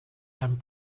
and